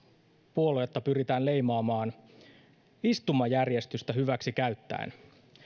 puoluetta pyritään leimaamaan istumajärjestystä hyväksikäyttäen